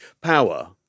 power